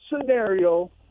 scenario